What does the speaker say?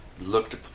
looked